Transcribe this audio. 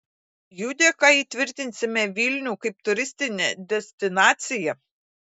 jų dėka įtvirtinsime vilnių kaip turistinę destinaciją